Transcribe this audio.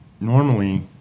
normally